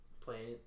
playing